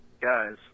guys